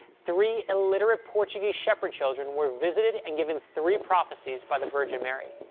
three illiterate portuguese shepherd children were visited and given three prophecies by the virgin mary.